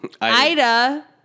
Ida